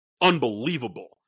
unbelievable